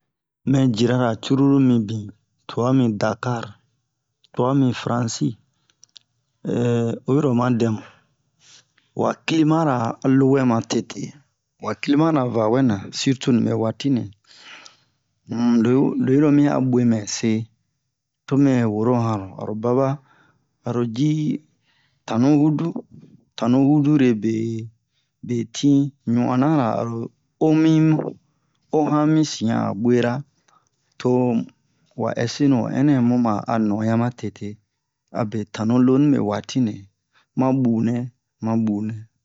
mɛ jirara cruru mibi tuami dakar tuami france si oyi ro ma dɛmu wa climat ra alowɛ ma tete wa climat ra va wɛna surtout nibe watinɛ um lo'i lo'iro mi'a bwe mɛse tomɛ woro yanro aro baba aro ji tanu hudu tanu hudure be betin ɲu'anara aro omimu ohan mi sian abwera to wa ɛsinu ho ɛnɛ muma a non'onya ma tete abe tanu lonibe watinɛ ma bune ma bune